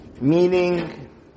meaning